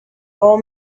old